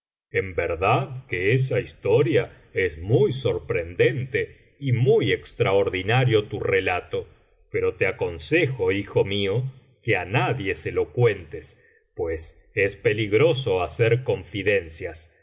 en verdad que esa historia es muy sorprendente y muy extraordinario tu relato pero te aconsejo hijo mío que á nadie se lo cuentes pues es peligroso hacer confidencias